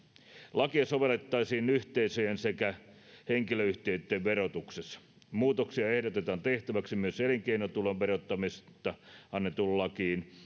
lakia sovellettaisiin yhteisöjen sekä henkilöyhtiöitten verotuksessa muutoksia ehdotetaan tehtäväksi myös elinkeinotulon verottamisesta annettuun lakiin